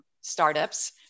startups